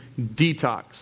detox